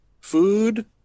food